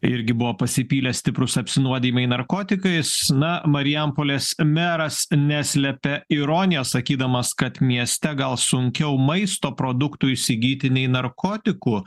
irgi buvo pasipylę stiprūs apsinuodijimai narkotikais na marijampolės meras neslepia ironijos sakydamas kad mieste gal sunkiau maisto produktų įsigyti nei narkotikų